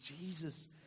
Jesus